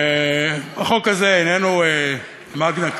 החוק הזה איננו מגנה כרטה,